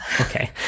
Okay